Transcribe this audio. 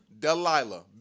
Delilah